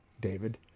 David